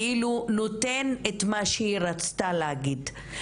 בהכרח נותן את מה שהיא רצתה להגיד ספציפית.